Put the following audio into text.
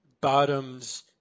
Bottom's